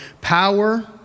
power